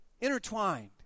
intertwined